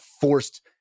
forced